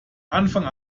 anfang